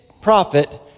prophet